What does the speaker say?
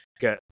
get